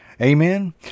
Amen